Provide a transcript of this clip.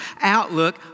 outlook